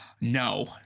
No